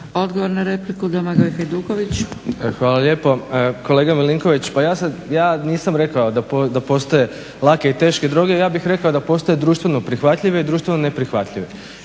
**Hajduković, Domagoj (SDP)** Hvala lijepo. Kolega Milinković pa ja nisam rekao da postoje lake i teške droge, ja bih rekao da postoje društveno prihvatljive i društveno neprihvatljive.